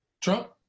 trump